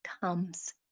comes